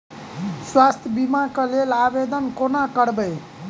स्वास्थ्य बीमा कऽ लेल आवेदन कोना करबै?